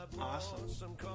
awesome